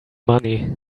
money